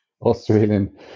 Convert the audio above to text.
Australian